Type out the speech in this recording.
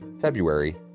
February